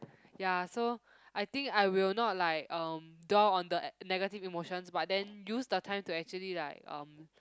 ya so I think I will not like um dwell on the negative emotions but then use the time to actually like um